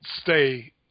Stay